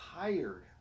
tired